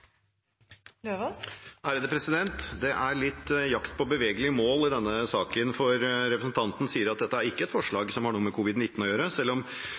blir replikkordskifte. Det er litt jakt på bevegelige mål i denne saken, for representanten sier at dette ikke er et forslag som har noe med covid-19 å gjøre, selv om